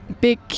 big